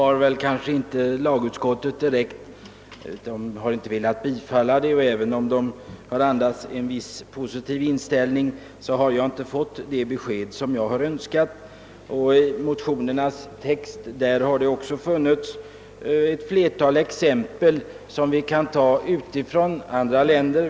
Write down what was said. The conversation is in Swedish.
Även om utskottets skrivningar har andats en viss välvilja har jag inte fått det besked som jag önskat. I motionerna har också lämnats ett flertal exempel på lösningar från andra länder.